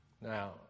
Now